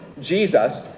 Jesus